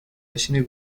نشین